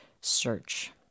search